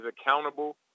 accountable